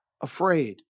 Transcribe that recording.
afraid